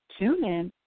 TuneIn